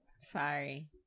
Sorry